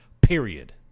period